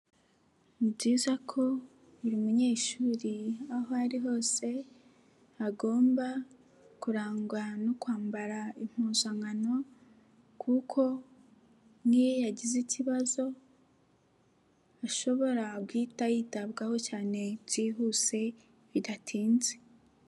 Ni byiza ko buri munyeshuri aho ari hose agomba kurangwa no kwambara impuzankano kuko niyo yagize ikibazo ashobora guhita yitabwaho cyane byihuse bidatinze.